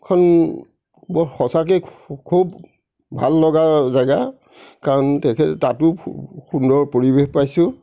খন বৰ সঁচাকৈয়ে খুব ভাল লগা জেগা কাৰণ তাতো সুন্দৰ পৰিৱেশ পাইছোঁ